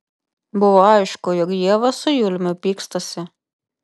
buvo aišku jog ieva su juliumi pykstasi